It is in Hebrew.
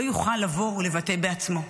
הוא לא יוכל לבוא ולבטא בעצמו.